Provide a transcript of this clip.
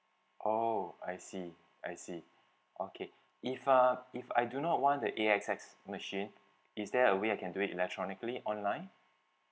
oh I see I see okay if uh if I do not want the A_S_X machine is there a way I can do it electronically online